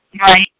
right